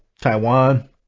taiwan